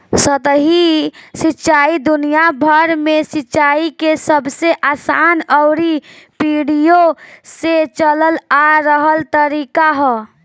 सतही सिंचाई दुनियाभर में सिंचाई के सबसे आसान अउरी पीढ़ियो से चलल आ रहल तरीका ह